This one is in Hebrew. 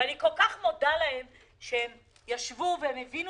אני כל כך מודה להם שהם ישבו והבינו